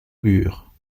bure